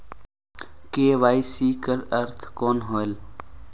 KYC कर अर्थ कौन होएल?